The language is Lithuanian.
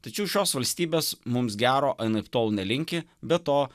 tačiau šios valstybės mums gero anaiptol nelinki be to